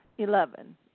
Eleven